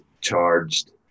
charged